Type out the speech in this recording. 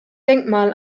denkmal